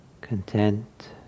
content